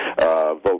vote